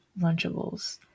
Lunchables